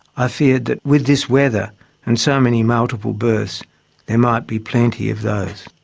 i feared that with this weather and so many multiple births there might be plenty of those.